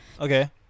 Okay